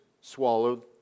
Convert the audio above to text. swallowed